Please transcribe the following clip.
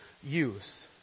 use